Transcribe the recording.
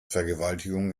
vergewaltigung